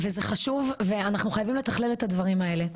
וזה חשוב ואנחנו חייבים לתכלל את הדברים האלה.